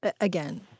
again